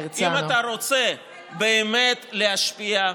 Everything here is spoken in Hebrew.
אם אתה רוצה באמת להשפיע,